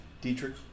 Dietrich